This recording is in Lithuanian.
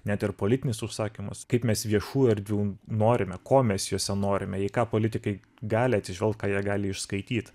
net ir politinis užsakymas kaip mes viešų erdvių norime ko mes jose norime į ką politikai gali atsižvelgt ką jie gali išskaityt